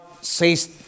says